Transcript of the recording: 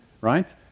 right